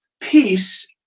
peace